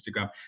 instagram